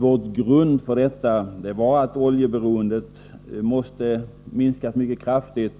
Vår grund för detta var att oljeberoendet måste minskas mycket kraftigt.